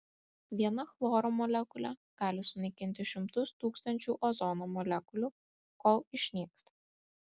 viena chloro molekulė gali sunaikinti šimtus tūkstančių ozono molekulių kol išnyksta